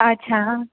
अच्छा